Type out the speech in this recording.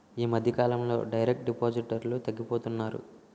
ఈ మధ్యకాలంలో డైరెక్ట్ డిపాజిటర్లు తగ్గిపోతున్నారు